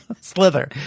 Slither